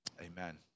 amen